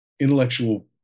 intellectual